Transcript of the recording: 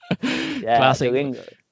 classic